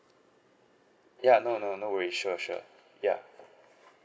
ya no no no worries sure sure ya